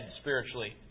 spiritually